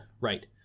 Right